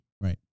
right